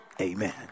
Amen